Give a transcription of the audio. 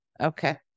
Okay